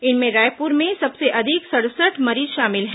इनमें रायपुर में सबसे अधिक सड़सठ मरीज शामिल हैं